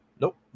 Nope